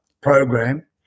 program